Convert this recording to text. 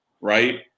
Right